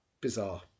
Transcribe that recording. Bizarre